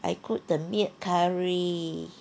I cook the meat curry